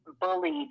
bullied